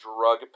drug